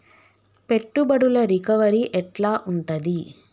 పెట్టుబడుల రికవరీ ఎట్ల ఉంటది?